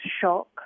shock